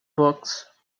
books